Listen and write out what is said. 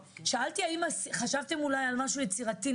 שאלתי האם חשבתם אולי על משהו יצירתי,